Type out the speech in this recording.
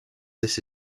this